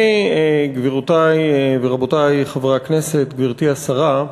אני, גבירותי ורבותי חברי הכנסת, גברתי השרה,